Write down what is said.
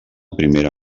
primera